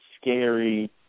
scary